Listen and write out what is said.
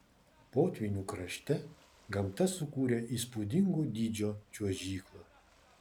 potvynių krašte gamta sukūrė įspūdingo dydžio čiuožyklą